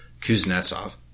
Kuznetsov